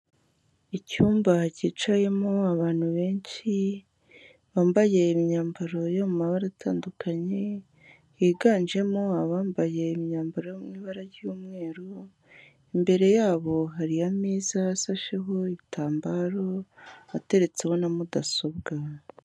Icyumba cyicayemo abantu benshi bambaye imyambaro yo mu mabara atandukanye, higanjemo abambaye imyambaro yo mu ibara ry'umweru, imbere yabo hari ameza asasheho ibitambaro, ateretseho na mudasobwa.